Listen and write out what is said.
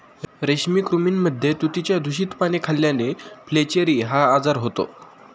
रेशमी कृमींमध्ये तुतीची दूषित पाने खाल्ल्याने फ्लेचेरी हा आजार होतो